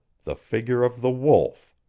the figure of the wolf,